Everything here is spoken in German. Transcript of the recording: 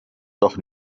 doch